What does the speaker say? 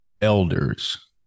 elders